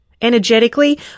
Energetically